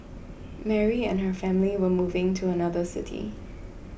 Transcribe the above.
Mary and her family were moving to another city